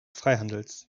freihandels